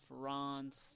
France